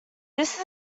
this